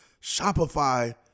Shopify